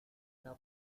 the